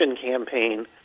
campaign